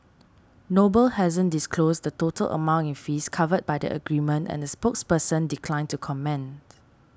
noble hasn't disclosed the total amount in fees covered by the agreement and the spokesperson declined to comment